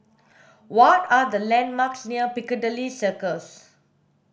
what are the landmarks near Piccadilly Circus